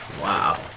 Wow